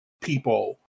people